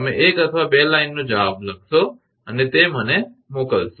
તમે 1 અથવા 2 લાઇનનો જવાબ લખશો અને તે તમે મને મોકલશો